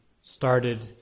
started